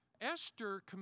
Esther